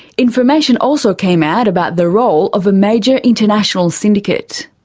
information also came out about the role of a major international syndicate.